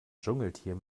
dschungeltier